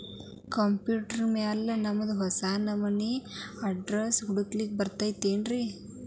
Computer ಮ್ಯಾಲೆ ನಮ್ದು ಹೊಸಾ ಮನಿ ಅಡ್ರೆಸ್ ಕುಡ್ಸ್ಲಿಕ್ಕೆ ಬರತೈತ್ರಿ?